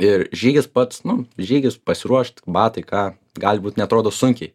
ir žygis pats nu žygis pasiruošt batai ką gali būt neatrodo sunkiai